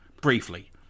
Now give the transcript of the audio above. briefly